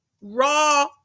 raw